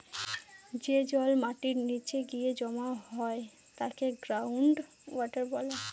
যে জল মাটির নীচে গিয়ে জমা হয় তাকে গ্রাউন্ড ওয়াটার বলে